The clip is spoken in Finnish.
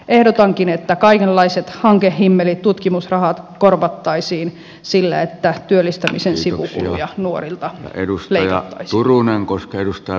ehdotankin että kaikenlaiset hankehimmelitutkimusrahat korvattaisiin sillä että työllistämisen sivukuluja nuorilta leikattaisiin